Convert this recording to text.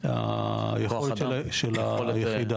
היכולת של היחידה.